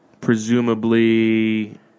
Presumably